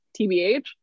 tbh